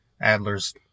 Adler's